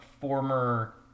former